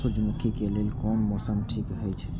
सूर्यमुखी के लेल कोन मौसम ठीक हे छे?